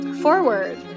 forward